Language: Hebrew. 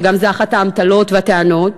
וזו גם אחת האמתלות והטענות,